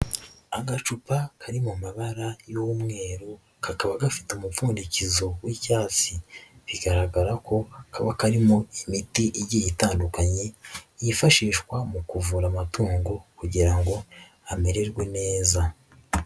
Agacupa kari mu mabara y'umweru, kakaba gafite umupfundikizo w'icyatsi bigaragara ko kaba karimo imiti igiye itandukanye yifashishwa mu kuvura amatungo kugira ngo amererwe neza.